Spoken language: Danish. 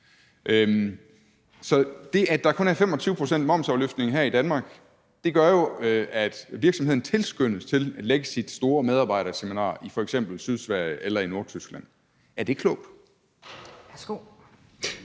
Så det, at der kun er 25 pct. momsafløftning her i Danmark, gør jo, at virksomheden tilskyndes til at lægge sit store medarbejderseminar i f.eks. Sydsverige eller Nordtyskland. Er det klogt? Kl.